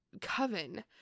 coven